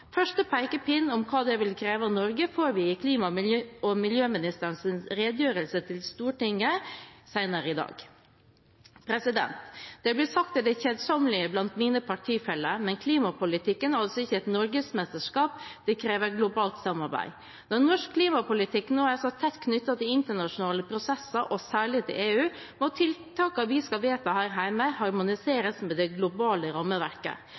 Første pekepinn om hva det vil kreve av Norge, får vi i klima- og miljøministerens redegjørelse til Stortinget senere i dag. Det blir sagt til det kjedsommelige blant mine partifeller: Klimapolitikken er ikke et Norgesmesterskap, det krever globalt samarbeid. Når norsk klimapolitikk nå er så tett knyttet til internasjonale prosesser, og særlig til EU, må tiltakene vi skal vedta her hjemme, harmoniseres med det globale rammeverket.